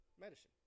medicine